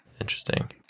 Interesting